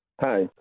Hi